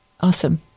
awesome